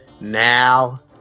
now